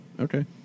Okay